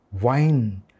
wine